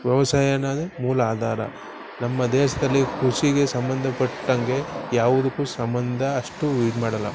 ವ್ಯವಸಾಯ ಅನ್ನೋದು ಮೂಲ ಆಧಾರ ನಮ್ಮ ದೇಶದಲ್ಲಿ ಕೃಷಿಗೆ ಸಂಬಂಧಪಟ್ಟಂಗೆ ಯಾವ್ದಕ್ಕೂ ಸಂಬಂಧ ಅಷ್ಟು ಇದು ಮಾಡೋಲ್ಲ